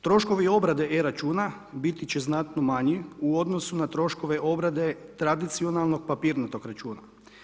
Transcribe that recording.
Troškovi obrade e-računa biti će znatno manji u odnosu na troškove obrade tradicionalnog papirnatog računa.